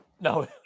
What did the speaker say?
no